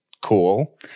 cool